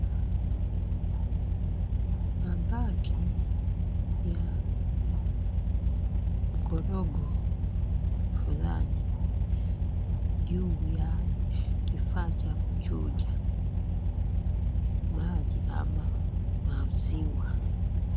Mabaki ya mkorogo fulani juu ya kifaa cha kuchuja maji ama maziwa.